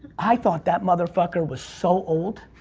i thought that motherfucker was so old,